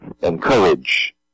encourage